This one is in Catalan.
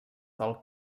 del